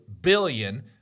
billion